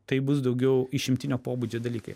tai bus daugiau išimtinio pobūdžio dalykai